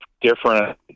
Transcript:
different